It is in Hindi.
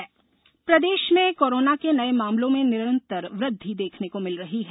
प्रदेश कोरोना प्रदेश में कोरोना के नये मामलों में निरंतर वृद्धि देखने को मिल रही है